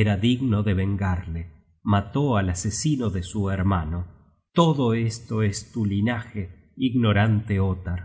era digno de vengarle mató al asesino de su hermano todo esto es tu linaje ignorante ottar